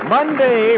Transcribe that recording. Monday